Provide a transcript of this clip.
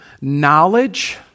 knowledge